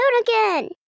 again